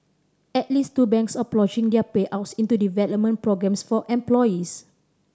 at least two banks are ploughing their payouts into development programmes for employees